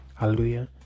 Hallelujah